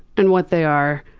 and what they are,